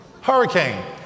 Hurricane